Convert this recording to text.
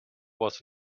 was